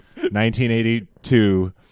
1982 –